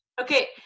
okay